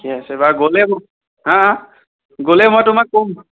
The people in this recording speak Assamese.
ঠিকে আছে বাৰু গ'লে হাঁ হাঁ গ'লে মই তোমাক ক'ম